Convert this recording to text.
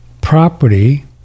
property